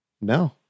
No